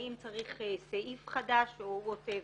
האם צריך סעיף חדש או וואטאבר.